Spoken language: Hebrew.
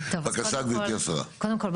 קודם כול,